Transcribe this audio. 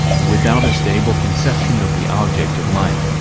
without a stable conception of the object of life,